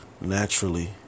naturally